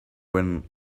when